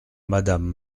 madame